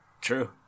true